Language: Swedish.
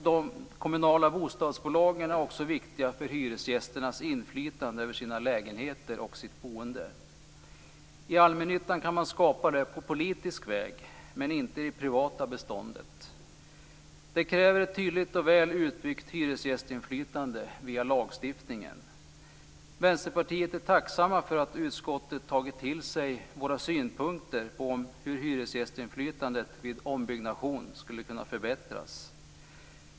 De kommunala bostadsbolagen är också viktiga för hyresgästernas inflytande över sina lägenheter och sitt boende. I allmännyttan kan man skapa detta på politisk väg, men inte i det privata beståndet. Det kräver ett tydligt och väl utbyggt hyresgästinflytande via lagstiftningen. Vänsterpartiet är tacksamt för att utskottet har tagit till sig våra synpunkter på hur hyresgästinflytandet vid ombyggnation skulle kunna förbättras.